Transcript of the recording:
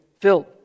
Filled